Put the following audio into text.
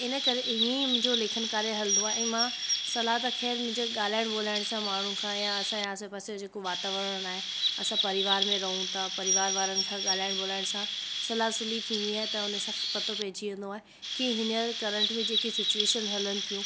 इनकरे इअं ई मुंहिंजो लेखन कार्य हलंदो आहे ऐं मां सलाह तव्हां ख़ैरु मुंहिंजो ॻाल्हाइण ॿोल्हाइण सां माण्हुनि खां या असांजी आसे पासे जेको वातावरणु आहे असां परिवार में रहूं था परिवार वारनि खां ॻाल्हाइण ॿोल्हाइण सां सलाह सुली थींदी आहे त हुन सां पतो पेइजी वेंदो आहे की हिनजा करंट में जेकी सिचवेशन हलनि पियूं